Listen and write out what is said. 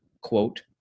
quote